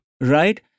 Right